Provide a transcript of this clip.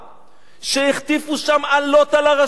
שהחטיפו שם אלות על הראשים,